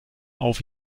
auf